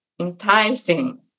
enticing